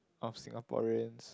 of Singaporeans